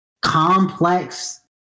complex